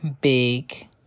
big